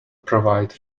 provide